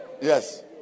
yes